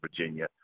Virginia